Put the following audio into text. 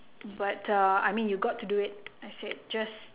but uh I mean you got to do it I said just